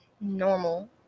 normal